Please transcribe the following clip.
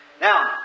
Now